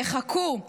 יחכו.